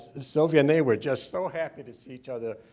sophia and they were just so happy to see each other.